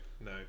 No